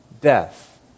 death